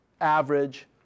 average